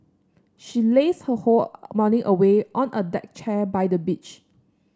she lazed her whole morning away on a deck chair by the beach